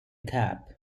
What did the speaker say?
cap